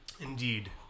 Indeed